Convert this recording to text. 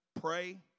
pray